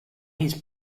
his